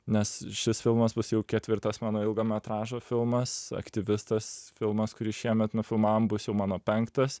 nes šis filmas bus jau ketvirtas mano ilgo metražo filmas aktyvistas filmas kurį šiemet nufilmavom bus jau mano penktas